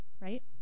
Right